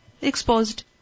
exposed